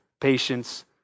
patience